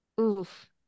Oof